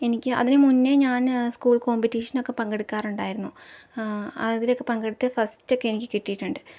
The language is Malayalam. എനിക്ക് അതിന് മുന്നെ ഞാൻ സ്കൂൾ കോമ്പറ്റീഷനൊക്കെ പങ്കെടുക്കാറുണ്ടായിരുന്നു അതിലൊക്കെ പങ്കെടുത്ത് ഫസ്റ്റൊക്കെ എനിക്ക് കിട്ടിയിട്ടുണ്ട്